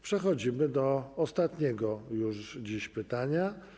Przechodzimy do ostatniego już dziś pytania.